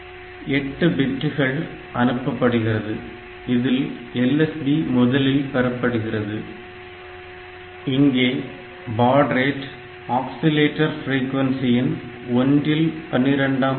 8 பிட்கள் அனுப்பப்படுகிறது இதில் LSB முதலில் பெறப்படுகிறது இங்கே பாட் ரேட்டு ஆக்சிலேட்டர் பிரேக்வன்ஸியின் ஒன்றில் பன்னிரண்டாம் பாகம்